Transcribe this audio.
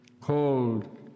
cold